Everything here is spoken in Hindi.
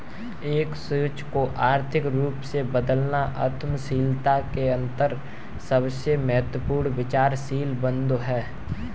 एक सोच को आर्थिक रूप में बदलना उद्यमशीलता के अंतर्गत सबसे महत्वपूर्ण विचारशील बिन्दु हैं